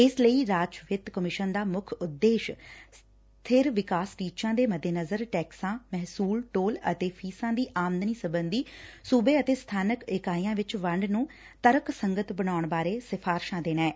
ਇਸ ਲਈ ਰਾਜ ਵਿੱਤ ਕਮਿਸ਼ਨ ਦਾ ਮੁੱਖ ਉਦੇਸ਼ ਸਬਿਰ ਵਿਕਾਸ ਟੀਚਿਆਂ ਦੇ ਮੱਦੇਨਜ਼ਰ ਟੈਕਸਾਂ ਮਹਿਸੁਲ ਟੋਲ ਅਤੇ ਫੀਸਾਂ ਦੀ ਆਮਦਨੀ ਸਬੰਧੀ ਸੁਬੇ ਅਤੇ ਸਬਾਨਕ ਇਕਾਈਆਂ ਵਿਚ ਵੰਡ ਨੂੰ ਤਰਕਸੰਗਤ ਬਣਾਉਣ ਬਾਰੇ ਸਿਫਾਰਸਾਂ ਦੇਣਾ ਐ